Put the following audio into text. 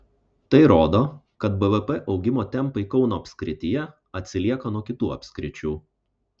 tai rodo kad bvp augimo tempai kauno apskrityje atsilieka nuo kitų apskričių